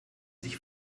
sich